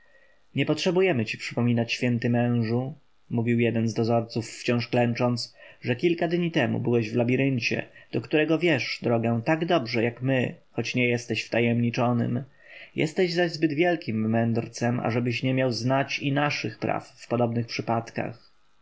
nie potrzebujemy ci przypominać święty mężu mówił jeden z dozorców wciąż klęcząc że kilka dni temu byłeś w labiryncie do którego wiesz drogę tak dobrze jak my choć nie jesteś wtajemniczonym jesteś zaś zbyt wielkim mędrcem ażebyś nie miał znać i naszych praw w podobnych wypadkach